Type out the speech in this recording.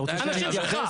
אנשים שהולכים,